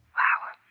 wow.